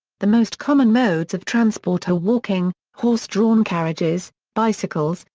the most common modes of transport are walking, horse-drawn carriages, bicycles,